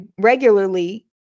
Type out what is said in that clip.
regularly